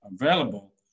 available